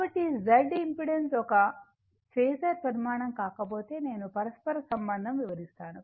కాబట్టి Z impedance ఒక phasor పరిమాణం కాకపోతే నేను పరస్పర సంబంధం వివరిస్తాను